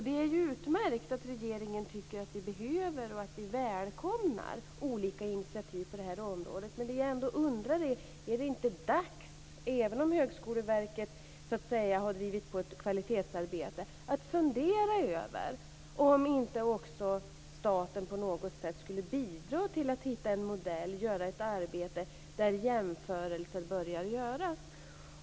Det är utmärkt att regeringen välkomnar och tycker att vi behöver olika initiativ på det här området. Men det jag ändå undrar är om det inte, även om Högskoleverket har drivit på ett kvalitetsarbete, är dags att fundera över om inte också staten på något sätt skulle bidra till att hitta en modell och utföra ett arbete där jämförelser börjar göras.